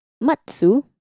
matsu